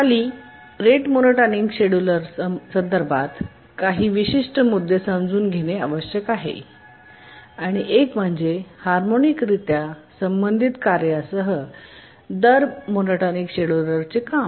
खाली rate monotonic scheduler संदर्भात काही विशिष्ट मुद्दे समजून घेणे आवश्यक आहे आणि एक म्हणजे हार्मोनिकरित्या संबंधित कार्यांसह दर मोनोटॉनिक शेड्युलरचे काम